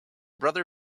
brother